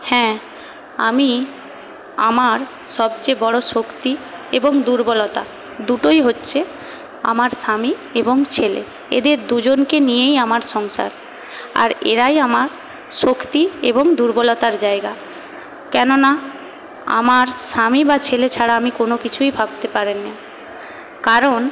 হ্যাঁ আমি আমার সবচেয়ে বড় শক্তি এবং দুর্বলতা দুটোই হচ্ছে আমার স্বামী এবং ছেলে এদের দুজনকে নিয়েই আমার সংসার আর এরাই আমার শক্তি এবং দুর্বলতার জায়গা কেননা আমার স্বামী বা ছেলে ছাড়া আমি কোনো কিছুই ভাবতে পারেন না কারণ